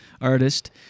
artist